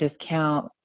discount